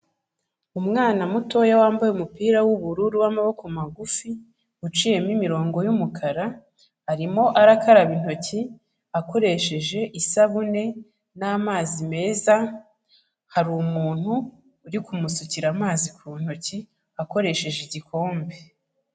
Umwana mutoya wambaye umupira w'ubururu w'amaboko magufi, uciyemo imirongo y'umukara, arimo arakaraba intoki akoresheje isabune n'amazi meza, hari umuntu uri kumusukira amazi ku ntoki akoresheje igikombe.